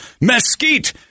mesquite